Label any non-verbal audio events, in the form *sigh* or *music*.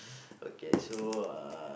*breath* okay so uh